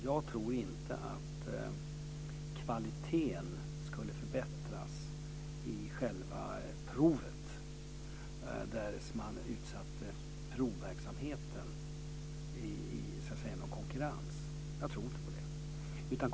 Jag tror inte att kvaliteten på själva provet skulle förbättras därest provverksamheten utsattes för konkurrens. Jag tror inte på det.